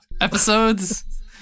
episodes